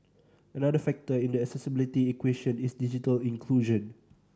another factor in the accessibility equation is digital inclusion